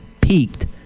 peaked